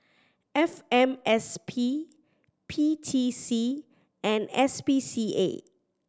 F M S P P T C and S P C A